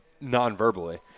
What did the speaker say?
non-verbally